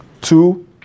two